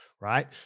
Right